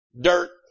dirt